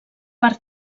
per